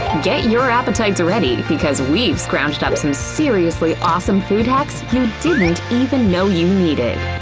and get your appetites ready and because we've scrounged up some seriously awesome food hacks you didn't even know you needed.